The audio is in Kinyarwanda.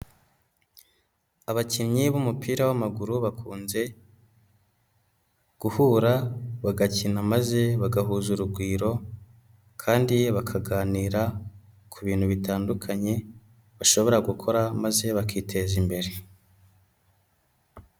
Abakinnyi b'umupira w'amaguru bakunze guhura bagakina maze bagahuza urugwiro kandi bakaganira ku bintu bitandukanye bashobora gukora maze bakiteza imbere.